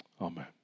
Amen